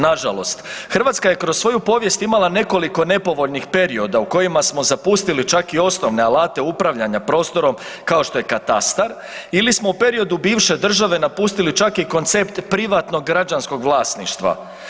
Nažalost, Hrvatska je kroz svoju povijest imala nekoliko nepovoljnih perioda u kojima smo zapustili čak i osnovne alate upravljanja prostorom kao što je katastar ili smo u periodu bivše države napustili čak i koncept privatnog građanskog vlasništva.